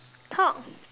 talk